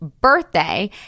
birthday